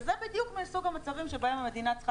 וזה בדיוק מסוג המצבים שבהם המדינה צריכה